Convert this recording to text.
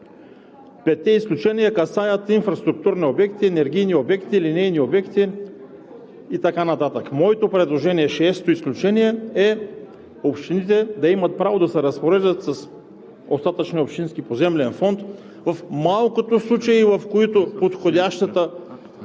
Петте изключения касаят инфраструктурни обекти, енергийни обекти, линейни обекти и така нататък. Моето предложение – шесто изключение, е общините да имат право да се разпореждат с остатъчния общински поземлен фонд в малкото случаи, в които подходящото